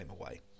away